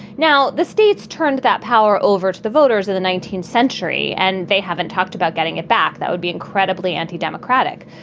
now, the states turned that power over to the voters in the nineteenth century, and they haven't talked about getting it back. that would be incredibly anti-democratic.